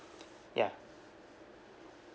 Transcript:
ya